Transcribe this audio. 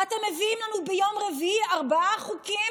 אתם מביאים לנו ביום רביעי ארבעה חוקים